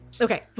Okay